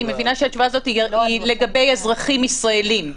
אני מבינה שהתשובה הזאת היא לגבי אזרחים ישראלים,